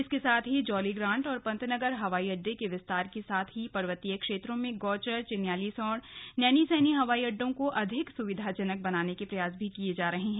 इसके साथ ही जौलीग्रान्ट और पन्तनगर हवाई अड्डे के विस्तार के साथ ही पर्वतीय क्षेत्रों में गौचर चिन्यालीसौड़ नैनीसैनी हवाई अड्डों को अधिक सुविधाजनक बनाने के प्रयास किये जा रहे हैं